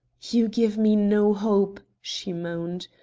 you give me no hope, she moaned.